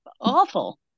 awful